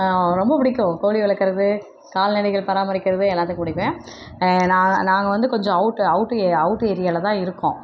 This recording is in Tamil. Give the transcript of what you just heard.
ரொம்ப பிடிக்கும் கோழி வளர்க்கறது கால்நடைகள் பராமரிக்கிறது எல்லாத்தையும் பிடிக்கும் நான் நாங்கள் வந்து கொஞ்சம் அவுட்டு அவுட்டு அவுட்டு ஏரியாவில் தான் இருக்கோம்